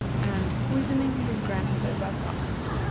and poisoning his grandmother by proxy.